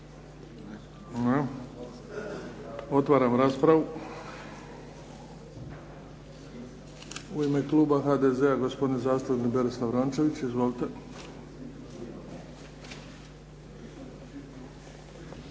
Otvaram raspravu. U ime kluba HDZ-a gospodin zastupnik Berislav Rončević. Izvolite.